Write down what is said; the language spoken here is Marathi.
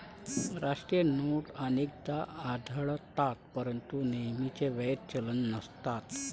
राष्ट्रीय नोट अनेकदा आढळतात परंतु नेहमीच वैध चलन नसतात